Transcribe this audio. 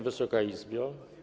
Wysoka Izbo!